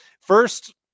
First